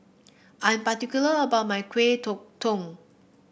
I am particular about my kuih